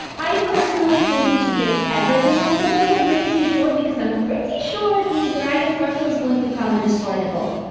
i personally think we should take everything off the boat and bring it to shore, because i'm pretty sure the dragon turtle is going to come and destroy the boat,